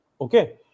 Okay